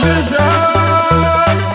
Vision